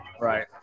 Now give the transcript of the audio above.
Right